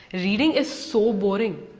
reading is so boring.